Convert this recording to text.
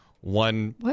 one